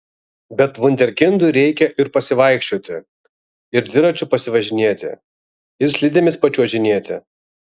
bet vunderkindui reikia ir pasivaikščioti ir dviračiu pasivažinėti ir slidėmis pačiuožinėti